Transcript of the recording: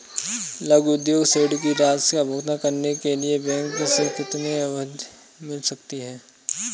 लघु उद्योग ऋण की राशि का भुगतान करने के लिए बैंक से कितनी अवधि मिल सकती है?